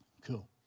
Cool